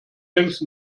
längst